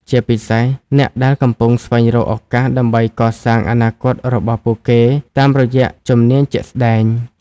ជាពិសេសអ្នកដែលកំពុងស្វែងរកឱកាសដើម្បីកសាងអនាគតរបស់ពួកគេតាមរយៈជំនាញជាក់ស្តែង។